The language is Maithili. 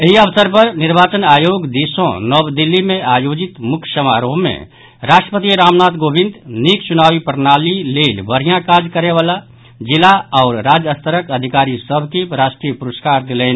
एहि अवसर पर निर्वाचन आयोग दिस सँ नव दिल्ली मे आयोजित मुख्य समारोह मे राष्ट्रपति रामनाथ कोविंद निक चुनावी प्रणाली लेल बढ़िया काज करयवला जिला आओर राज्य स्तरक अधिकारी सभ के राष्ट्रीय पुरस्कार देलनि